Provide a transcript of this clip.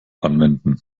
anwenden